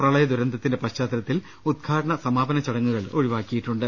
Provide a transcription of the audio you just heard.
പ്രളയദുരന്തത്തിന്റെ പശ്ചാത്തലത്തിൽ ഉദ്ഘാടന സമാപന ചട ങ്ങുകൾ ഒഴിവാക്കിയിട്ടുണ്ട്